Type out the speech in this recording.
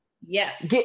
Yes